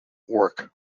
work